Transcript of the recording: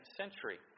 century